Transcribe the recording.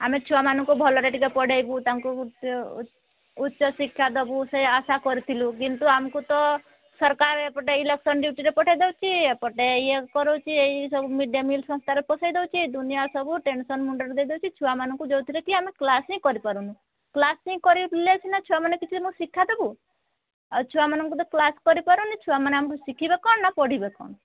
ଆମେ ଛୁଆମାନଙ୍କୁ ଭଲରେ ଟିକିଏ ପଢ଼େଇବୁ ତାଙ୍କୁ ଉଚ୍ଚ ଶିକ୍ଷା ଦେବୁ ସେଇ ଆଶା କରିଥିଲୁ କିନ୍ତୁ ଆମକୁ ତ ସରକାର ଏପଟେ ଇଲେକ୍ସନ୍ ଡିୟୁଟିରେ ପଠେଇ ଦେଉଛି ଏପଟେ ଇଏ କରାଉଛି ଇଏ ସବୁ ମିଡ଼େ' ମିଲ୍ ସଂସ୍ଥାରେ ପସେଇ ଦେଉଛି ଦୁନିଆଁ ସବୁ ଟେନସନ୍ ମୁଣ୍ଡରେ ଦେଇଦେଉଛି ଛୁଆମାନଙ୍କୁ ଯେଉଁଥିରେ କି ଆମେ କ୍ଲାସ୍ ହିଁ କରିପାରୁନୁ କ୍ଲାସ୍ ହିଁ କରିଲେ ସିନା ଛୁଆମାନେ କିଛି ମୁଁ ଶିକ୍ଷା ଦେବୁ ଆଉ ଛୁଆମାନଙ୍କୁ ତ କ୍ଲାସ୍ କରିପାରୁନି ଛୁଆମାନେ ଆମଠୁ ଶିଖିବେ କ'ଣ ନା ପଢ଼ିବେ କ'ଣ